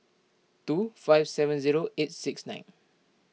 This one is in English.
two five seven zero eight six nine